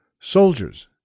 soldiers